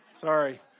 Sorry